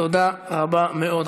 תודה רבה מאוד.